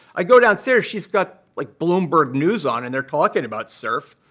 i go downstairs. she's got like bloomberg news on and they're talking about sirf.